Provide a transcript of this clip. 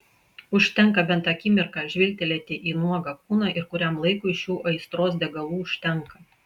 užtenka bent akimirką žvilgtelėti į nuogą kūną ir kuriam laikui šių aistros degalų užtenka